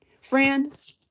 Friend